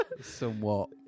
somewhat